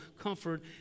comfort